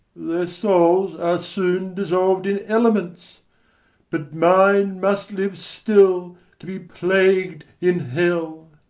their souls are soon dissolv'd in elements but mine must live still to be plagu'd in hell.